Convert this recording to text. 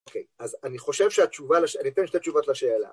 אוקיי, אז אני חושב שהתשובה... אני אתן שתי תשובות לשאלה.